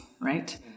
right